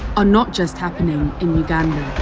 are not just happening in uganda